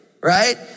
right